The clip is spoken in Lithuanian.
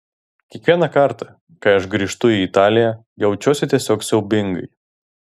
kiekvieną kartą kai aš grįžtu į italiją jaučiuosi tiesiog siaubingai